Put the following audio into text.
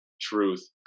truth